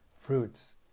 Fruits